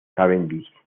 cavendish